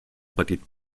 petit